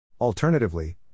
Alternatively